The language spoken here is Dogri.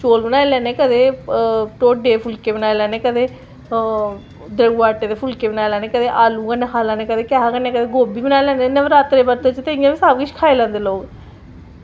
चौल बनाई लैने कदें ढोड्डे फुल्के बनाई लैने कदें द्रेऊऐ आटै दे फुलके बनाई लैने कदें आलू कन्नै खाई लैने कदें गोभी कन्नै नवरात्रे दे बर्त च इंया बी सबकिश खाई लैंदे लोग